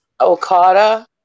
Okada